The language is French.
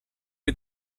est